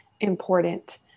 important